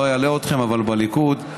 לא אלאה אתכם, אבל בליכוד,